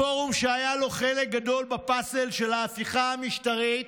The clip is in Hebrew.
הפורום שהיה לו חלק גדול בפאזל של ההפיכה המשטרית,